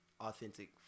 authentic